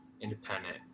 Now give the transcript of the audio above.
independent